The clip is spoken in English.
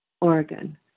Oregon